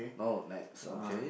oh Nex okay